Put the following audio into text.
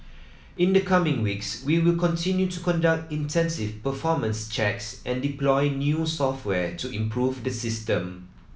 in the coming weeks we will continue to conduct intensive performance checks and deploy new software to improve the system